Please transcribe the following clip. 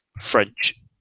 French